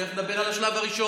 תכף נדבר על השלב הראשון,